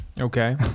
Okay